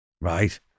right